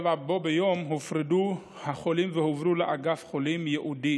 בו ביום הופרדו החולים והועברו לאגף חולים ייעודי